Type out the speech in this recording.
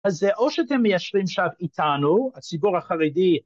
אז זה או שאתם מיישרים שם איתנו, הציבור החרדי